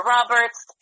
Roberts